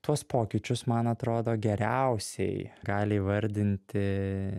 tuos pokyčius man atrodo geriausiai gali įvardinti